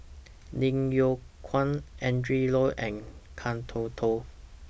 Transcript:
Lim Yew Kuan Adrin Loi and Kan Toh Toh